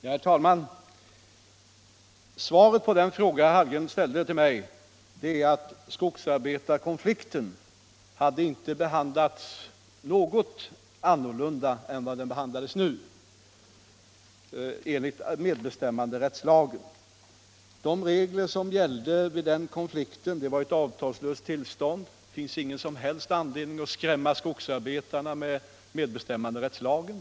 Herr talman! Svaret på den fråga herr Hallgren ställde till mig är att skogsarbetarkonflikten inte hade behandlats annorlunda enligt medbestämmanderättslagen än vad den nu behandlades. Den behandlades enligt de regler som gällde vid denna konflikt — det var då fråga om ett avtalslöst tillstånd. Det finns ingen som helst anledning att skrämma skogsarbetarna för medbestämmanderättslagen.